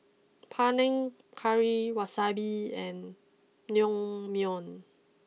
Panang Curry Wasabi and Naengmyeon